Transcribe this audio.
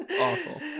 Awful